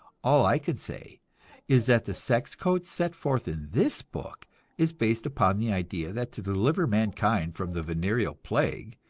all i can say is that the sex-code set forth in this book is based upon the idea that to deliver mankind from the venereal plague,